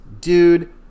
dude